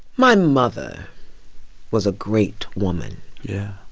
my mother was a great woman yeah?